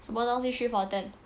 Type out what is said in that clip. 什么东西 three for ten